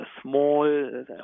small